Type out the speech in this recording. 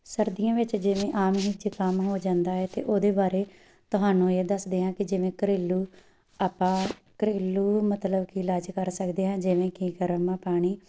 ਸਰਦੀਆਂ ਵਿੱਚ ਜਿਵੇਂ ਆਮ ਹੀ ਜ਼ੁਕਾਮ ਹੋ ਜਾਂਦਾ ਹੈ ਅਤੇ ਉਹਦੇ ਬਾਰੇ ਤੁਹਾਨੂੰ ਇਹ ਦੱਸਦੇ ਹਾਂ ਕਿ ਜਿਵੇਂ ਘਰੇਲੂ ਆਪਾਂ ਘਰੇਲੂ ਮਤਲਬ ਕਿ ਇਲਾਜ ਕਰ ਸਕਦੇ ਹਾਂ ਜਿਵੇਂ ਕਿ ਗਰਮ ਪਾਣੀ